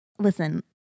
Listen